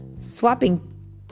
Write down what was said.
swapping